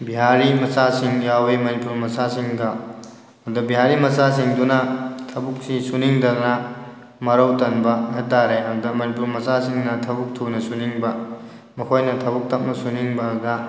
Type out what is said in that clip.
ꯕꯤꯍꯥꯔꯤ ꯃꯆꯥꯁꯤꯡ ꯌꯥꯎꯋꯤ ꯃꯅꯤꯄꯨꯔꯤ ꯃꯆꯥꯁꯤꯡꯒ ꯑꯗ ꯕꯤꯍꯥꯔꯤ ꯃꯆꯥꯁꯤꯡꯗꯨꯅ ꯊꯕꯛꯁꯤ ꯁꯨꯅꯤꯡꯗꯗꯅ ꯃꯔꯧ ꯇꯟꯕ ꯍꯥꯏꯇꯥꯔꯦ ꯑꯗ ꯃꯅꯤꯄꯨꯔꯤ ꯃꯆꯥꯁꯤꯡꯅ ꯊꯕꯛ ꯊꯨꯅ ꯁꯨꯅꯤꯡꯕ ꯃꯈꯣꯏꯅ ꯊꯕꯛ ꯇꯞꯅ ꯁꯨꯅꯤꯡꯕ ꯑꯗꯨꯗ